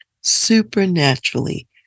supernaturally